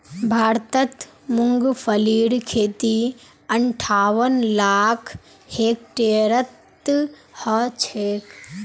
भारतत मूंगफलीर खेती अंठावन लाख हेक्टेयरत ह छेक